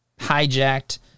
hijacked